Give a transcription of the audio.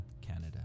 canada